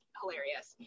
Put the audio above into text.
hilarious